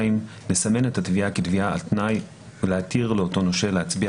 לסמן את התביעה כתביעה על תנאי ולהתיר לאותו נושה להצביע